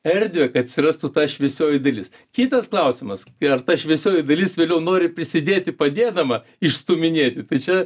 erdvę kad atsirastų ta šviesioji dalis kitas klausimas yra ar ta šviesioji dalis vėliau nori prisidėti padėdama išstūminėti tai čia